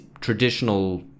traditional